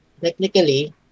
technically